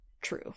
true